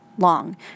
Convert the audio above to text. long